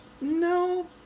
No